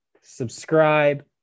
subscribe